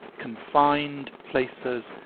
confined places,